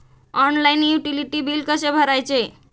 Online utility बिले कसे भरायचे?